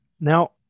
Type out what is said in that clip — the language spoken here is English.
Now